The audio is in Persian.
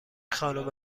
خانم